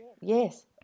yes